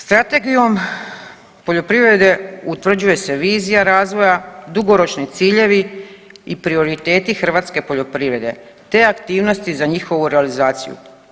Strategijom poljoprivrede utvrđuje se vizija razvoja, dugoročni ciljevi i prioriteti hrvatske poljoprivrede te aktivnosti za njihovu realizaciju.